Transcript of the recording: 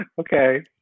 okay